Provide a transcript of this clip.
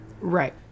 Right